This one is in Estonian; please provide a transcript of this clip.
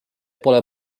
pole